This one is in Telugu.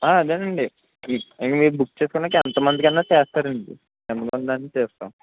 అదేనండీ మీ మీరు బుక్ చేసుకున్నాకా ఎంతమందికైనా చేస్తారండి ఎంతమందైనా చేస్తాం